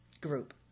group